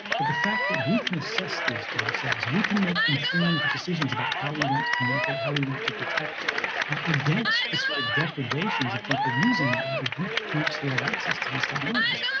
but the fact that we can assess these for ourselves, we can make informed decisions about how we want to communicate, how we want to protect against the sort of depredations of people using groups groups who have access to these technologies.